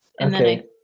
Okay